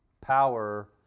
power